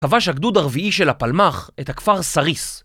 כבש הגדוד הרביעי של הפלמח את הכפר סריס.